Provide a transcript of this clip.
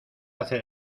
hacer